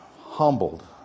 humbled